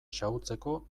xahutzeko